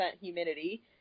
humidity